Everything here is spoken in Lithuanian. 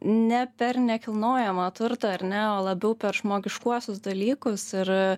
ne per nekilnojamą turtą ar ne o labiau per žmogiškuosius dalykus ir